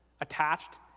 attached